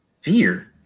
fear